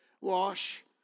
Wash